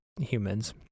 humans